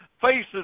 faces